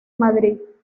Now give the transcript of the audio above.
madrid